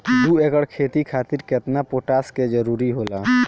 दु एकड़ खेती खातिर केतना पोटाश के जरूरी होला?